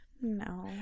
No